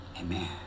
Amen